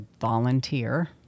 volunteer